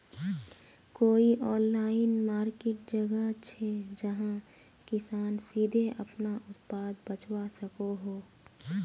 कोई online market जगह छे जहाँ किसान सीधे अपना उत्पाद बचवा सको हो?